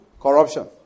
Corruption